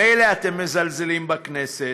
מילא אתם מזלזלים בכנסת,